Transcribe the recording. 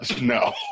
No